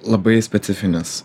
labai specifinis